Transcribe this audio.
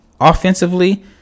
Offensively